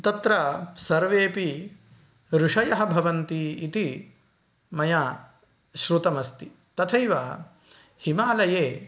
तत्र सर्वेपि ऋषयः भवन्ति इति मया शृतमस्ति तथैव हिमालये